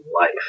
life